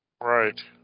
Right